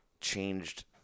changed